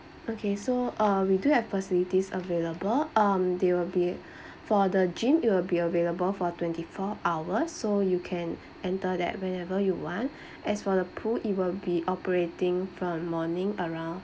okay so uh we do have facilities available um there will be for the gym it will be available for twenty four hours so you can enter there whenever you want as for the pool it will be operating from morning around